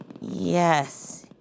Yes